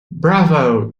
bravo